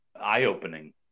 Eye-opening